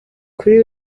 kuri